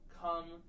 come